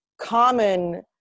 common